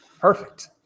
perfect